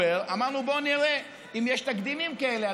אמרנו: בואו נראה אם יש תקדימים כאלה,